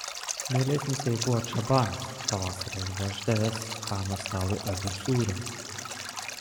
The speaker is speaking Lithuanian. mielesnis jai buvo čabanas pavasarį atveždavęs chano stalui avių sūrio